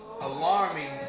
alarming